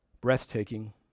breathtaking